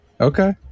Okay